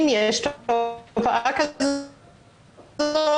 אם יש תופעה כזאת,